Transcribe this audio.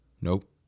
Nope